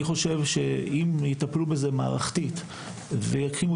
אני חושב שאם יטפלו בזה מערכתית ויקימו